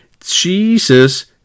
Jesus